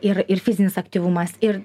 ir ir fizinis aktyvumas ir